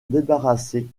débarrassé